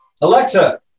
Alexa